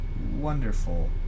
wonderful